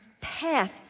path